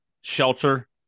shelter